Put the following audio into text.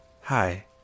Hi